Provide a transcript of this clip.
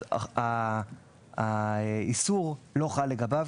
אז האיסור לא חל לגביו,